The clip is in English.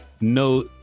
no